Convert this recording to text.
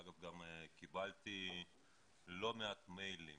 אגב, גם קיבלתי לא מעט מיילים